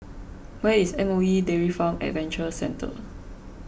where is Moe Dairy Farm Adventure Centre